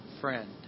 friend